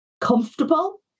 comfortable